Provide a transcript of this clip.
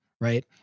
right